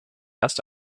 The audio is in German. erst